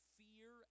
fear